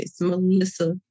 Melissa